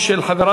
(תיקון מס'